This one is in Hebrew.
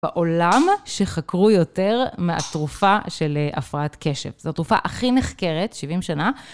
בעולם שחקרו יותר מהתרופה של הפרעת קשב. זו התרופה הכי נחקרת, 70 שנה.